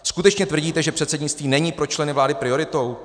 Skutečně tvrdíte, že předsednictví není pro členy vlády prioritou?